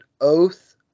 oath